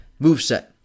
moveset